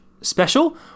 special